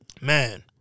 Man